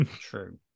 true